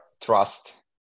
trust